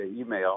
email